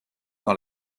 dans